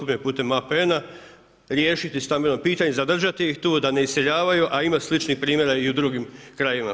APN-a riješiti stambeno pitanje, zadržati ih tu da ne iseljavaju, a ima sličnih primjera i u drugim krajevima.